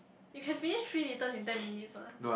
you can finish three litres in ten minutes ah